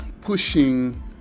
pushing